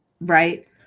Right